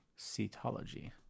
Cetology